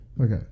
Okay